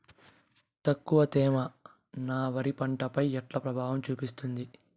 తక్కువ తేమ నా వరి పంట పై ఎట్లా ప్రభావం చూపిస్తుంది?